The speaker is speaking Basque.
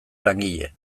langile